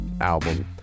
album